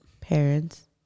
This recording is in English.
parents